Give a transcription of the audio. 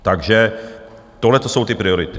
Takže tohleto jsou ty priority.